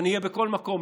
נהיה בכל מקום,